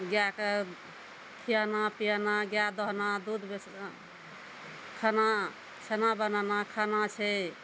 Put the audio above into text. गैआ कऽ खियाना पियाना गैआ दूहना दूध बेच खाना छेना बनाना खाना छै